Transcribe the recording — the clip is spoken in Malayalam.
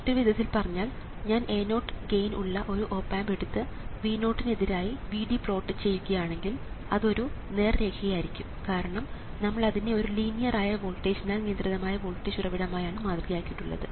മറ്റൊരു വിധത്തിൽ പറഞ്ഞാൽ ഞാൻ A0 ഗെയിൻ ഉള്ള ഒരു ഓപ് ആമ്പ് എടുത്ത് V0 ന് എതിരായി Vd പ്ലോട്ട് ചെയ്യുകയാണെങ്കിൽ അത് ഒരു നേർരേഖയായിരിക്കും കാരണം നമ്മൾ അതിനെ ഒരു ലീനിയർ ആയ വോൾട്ടേജിനാൽ നിയന്ത്രിതമായ വോൾട്ടേജ് ഉറവിടമായാണ് മാതൃകയാക്കിയിട്ടുള്ളത്